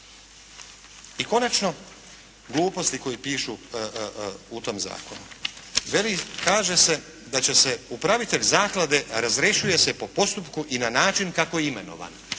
I konačno, gluposti koje pišu u tom zakonu. Kaže se da će se upravitelj zaklade razrješuje se po postupku i na način kako je imenovan.